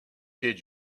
did